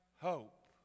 hope